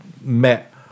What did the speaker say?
met